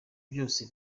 byose